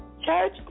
church